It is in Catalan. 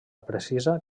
precisa